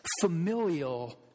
familial